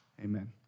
Amen